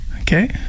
okay